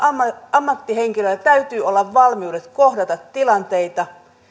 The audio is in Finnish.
ammattihenkilöllä täytyy olla valmiudet kohdata tilanteita